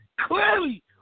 clearly